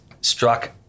struck